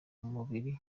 mubiri